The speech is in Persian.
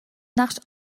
نقش